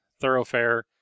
thoroughfare